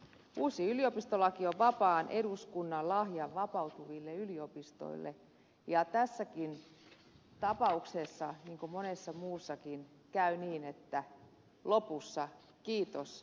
uusi yliopistolaki on vapaan eduskunnan lahja vapautuville yliopistoille ja tässäkin tapauksessa niin kuin monessa muussakin käy niin että lopussa kiitos seisoo